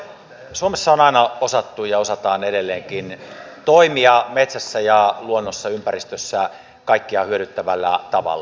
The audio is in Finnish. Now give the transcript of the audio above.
suomessa on aina osattu ja osataan edelleenkin toimia metsässä ja luonnossa ympäristössä kaikkia hyödyttävällä tavalla